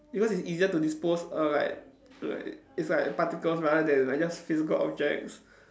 because it's easier to dispose err like like it's like particles rather than like just physical objects